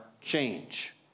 change